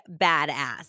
badass